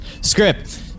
script